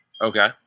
Okay